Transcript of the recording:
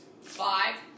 five